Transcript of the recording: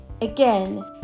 again